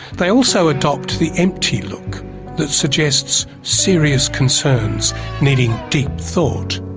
they also adopt the empty look that suggests serious concerns needing deep thought.